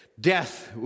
death